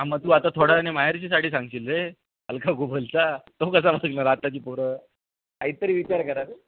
हां मग तू आता थोड्याने माहेरची साडी सांगशील रे अलका कुबलचा तो कसा आताची पोरं काहीतरी विचार करा रे